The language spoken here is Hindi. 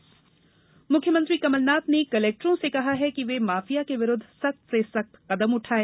मुख्यमंत्री माफिया मुख्यमंत्री कमल नाथ ने कलेक्टरों से कहा है कि वे माफिया के विरूद्व सख्त से सख्त कदम उठाएं